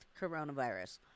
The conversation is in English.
coronavirus